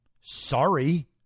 Sorry